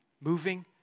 moving